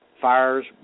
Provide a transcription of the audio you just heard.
fires